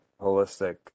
holistic